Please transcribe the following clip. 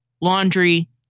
laundry